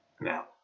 now